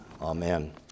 amen